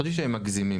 חשבתי שהם מגזימים.